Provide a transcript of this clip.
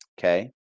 Okay